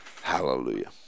Hallelujah